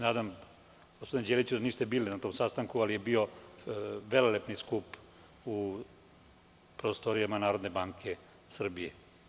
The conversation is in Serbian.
Nadam se, gospodine Đeliću, da niste bili na tom sastanku, ali je bio velelepni skup u prostorijama Narodne banke Srbije.